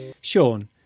sean